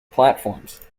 platforms